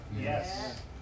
Yes